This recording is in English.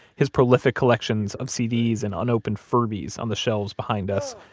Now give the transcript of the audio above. his prolific collections of cds and unopened furbies on the shelves behind us.